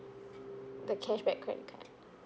the cashback credit card